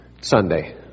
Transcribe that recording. Sunday